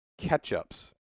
ketchups